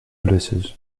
ulysses